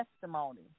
testimony